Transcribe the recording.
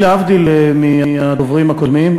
להבדיל מהדוברים הקודמים,